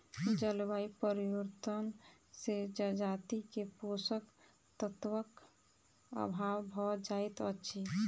जलवायु परिवर्तन से जजाति के पोषक तत्वक अभाव भ जाइत अछि